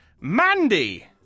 Mandy